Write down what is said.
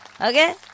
okay